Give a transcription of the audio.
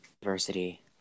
diversity